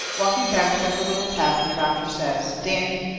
walking back toward the little tavern the doctor says danny,